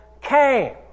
came